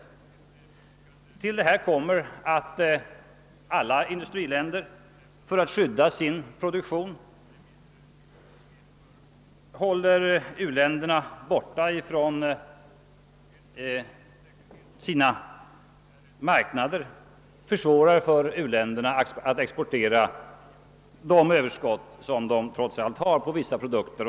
Härtill kommer att alla industriländer för att skydda sin produktion håller u-länderna borta från sina marknader, försvårar för u-länderna att exportera de överskott som trots allt finns på vissa produkter.